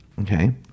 okay